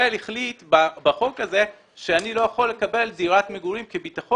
אנחנו צריכים לא להיות מוגבלים על ידי הכמות.